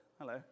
hello